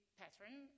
pattern